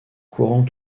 courant